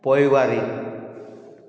पोइवारी